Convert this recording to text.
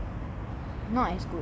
ya I like eat K_F_C breakfast